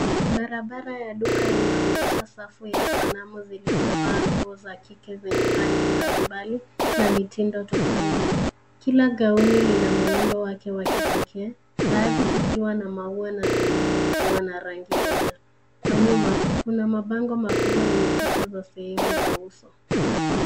Barabara ya duka inaonyesha safu ya sanamu zilizovaa nguo za kike zenye rangi mbalimbali na mitindo tofauti. Kila gauni lina muundo wake wa kipekee baadhi zikiwa na maua na zingine zikiwa na rangi moja. Kwa nyuma, kuna mabango makubwa yenye picha za sehemu za uso.